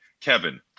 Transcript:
Kevin